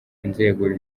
inzego